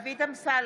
דוד אמסלם,